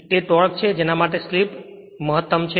તે ટોર્ક છે જેના માટે સ્લિપ જેના માટે ટોર્ક મહત્તમ છે